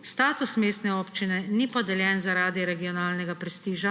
Status mestne občine ni podeljen zaradi regionalnega prestiža,